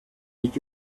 did